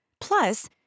Plus